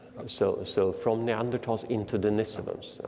so ah so from neanderthals into denisovans,